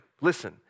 Listen